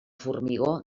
formigó